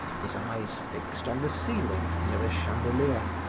his eyes fixed on the ceiling, near a chandelier,